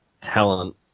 talent